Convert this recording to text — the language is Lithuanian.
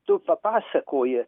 tu papasakoji